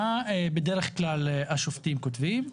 מה בדרך-כלל השופטים כותבים?